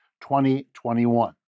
2021